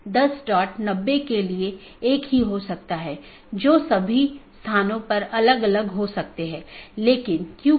यह मूल रूप से ऑटॉनमस सिस्टमों के बीच सूचनाओं के आदान प्रदान की लूप मुक्त पद्धति प्रदान करने के लिए विकसित किया गया है इसलिए इसमें कोई भी लूप नहीं होना चाहिए